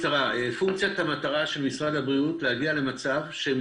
פונקציית המטרה של משרד הבריאות היא להגיע למצב שהם